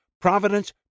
Providence